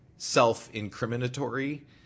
self-incriminatory